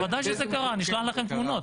בוודאי שזה קרה, אני אשלח לכם תמונות.